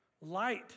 Light